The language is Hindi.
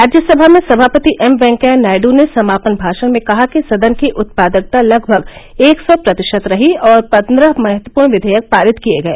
राज्यसभा में सभापति एम वेंकैया नायड् ने समापन भाषण में कहा कि सदन की उत्पादकता लगभग एक सौ प्रतिशत रही और पन्द्रह महत्वपूर्ण विधेयक पारित किए गए